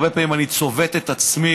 הרבה פעמים אני צובט את עצמי